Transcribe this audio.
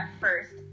first